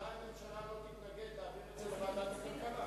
אולי הממשלה לא תתנגד להעביר את זה לוועדת הכלכלה.